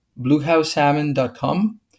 bluehousesalmon.com